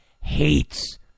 hates